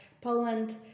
Poland